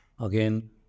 again